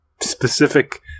specific